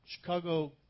Chicago